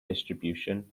distribution